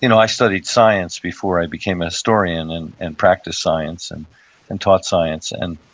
you know i studied science before i became a historian and and practiced science and and taught science. and